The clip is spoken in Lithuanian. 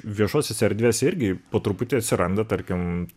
viešosiose erdvėse irgi po truputį atsiranda tarkim